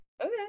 okay